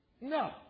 No